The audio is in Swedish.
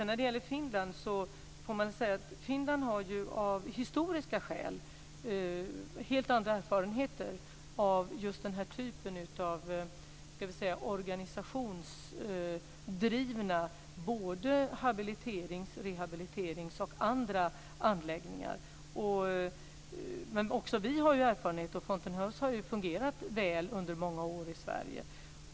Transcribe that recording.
När det gäller Finland måste jag säga att Finland av historiska skäl har helt andra erfarenheter av just denna typ av organisationsdrivna habiliteringsanläggningar, rehabiliteringsanläggningar och andra anläggningar. Men också vi har erfarenhet. Fountain House har ju fungerat väl under många år i Sverige.